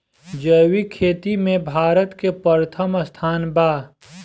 जैविक खेती में भारत के प्रथम स्थान बा